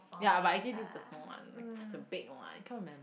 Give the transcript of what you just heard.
ya but actually this is the small one like there's a big one I can't remember